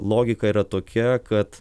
logika yra tokia kad